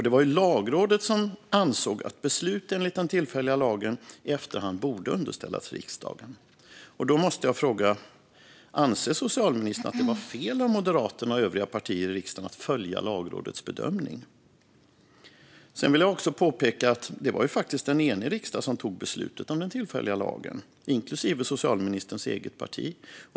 Det var Lagrådet som ansåg att beslut enligt den tillfälliga lagen i efterhand borde underställas riksdagen. Jag måste därför fråga: Anser socialministern att det var fel av Moderaterna och övriga partier i riksdagen att följa Lagrådets bedömning? Jag vill också påpeka att det var en enig riksdag, inklusive socialministerns eget parti, som fattade beslutet om den tillfälliga lagen.